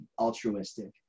altruistic